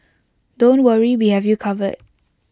don't worry we have you covered